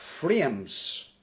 frames